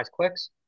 clicks